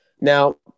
Now